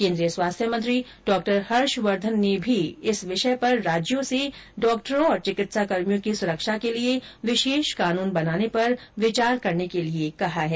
केन्द्रीय स्वास्थ्य मंत्री डॉ हर्ष वर्धन ने भी इस विषय पर राज्यों से डॉक्टरों और चिकित्साकर्मियों की सुरक्षा के लिए विशेष कानून बनाने पर विचार करने को कहा है